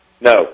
No